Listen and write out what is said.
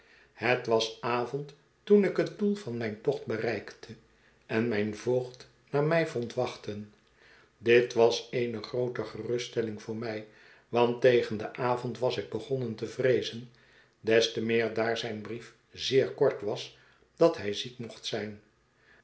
het was avond toen ik het doel van mijn tocht bereikte en mijn voogd naar mij vond wachten dit was eene groote geruststelling voor mij want tegen den avond was ik begonnen te vreezen des te meer daar zijn brief zeer kort was dat hij ziek mocht zijn